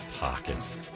pockets